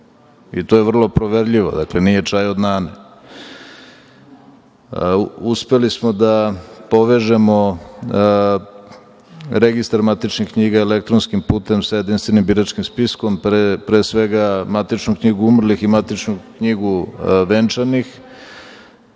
To je vrlo proverljivo. Dakle, nije čaj od nane. Uspeli smo da povežemo registar matičnih knjiga elektronskim putem sa jedinstvenim biračkim spiskom, pre svega matičnu knjigu umrlih i matičnu knjigu venčanih.